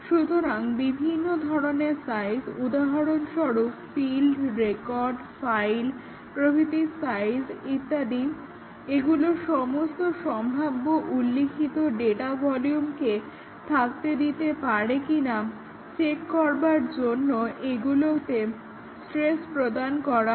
সুতরাং বিভিন্ন ধরনের সাইজ উদাহরণস্বরূপ ফিন্ড রেকর্ড ফাইল প্রভৃতির সাইজ ইত্যাদি এগুলো সমস্ত সম্ভাব্য উল্লিখিত ডাটা ভলিউমকে থাকতে দিতে পারে কিনা চেক করবার জন্য এগুলোতে স্ট্রেস প্রদান করা হয়